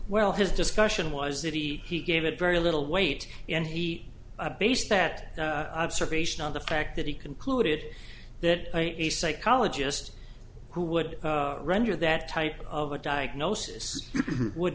well his discussion was that he he gave it very little weight and he based that observation on the fact that he concluded that a psychologist who would render that type of a diagnosis would